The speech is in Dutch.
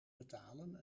betalen